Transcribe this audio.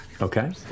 Okay